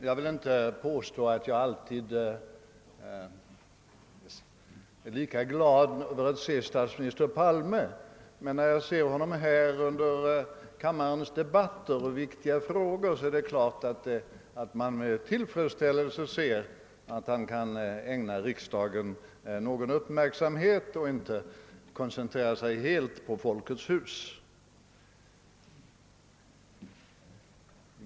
Jag vill inte påstå att jag alltid är lika glad över att se statsminister Palme, men när jag ser honom här i kammaren under debatter i viktiga frågor noterar jag med tillfredsställelse att han kan ägna riksdagen någon uppmärksamhet och inte koncentrerar sig på Folkets hus.